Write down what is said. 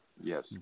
Yes